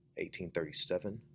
1837